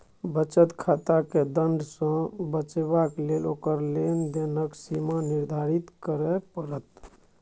बचत खाताकेँ दण्ड सँ बचेबाक लेल ओकर लेन देनक सीमा निर्धारित करय पड़त